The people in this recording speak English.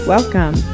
Welcome